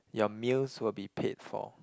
your meals will be paid for